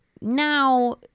Now